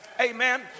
Amen